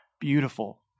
beautiful